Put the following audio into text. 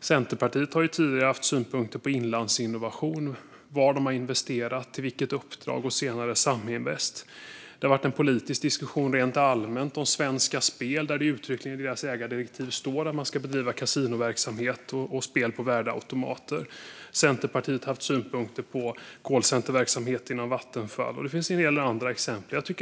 Centerpartiet har tidigare haft synpunkter på var Inlandsinnovation har investerat, till vilket uppdrag, och senare på Saminvest. Det har rent allmänt varit en politisk diskussion om Svenska Spel, där det uttryckligen står i ägardirektivet att man ska bedriva kasinoverksamhet och spel på värdeautomater. Centerpartiet har haft synpunkter på callcenterverksamhet inom Vattenfall. Och det finns en del andra exempel.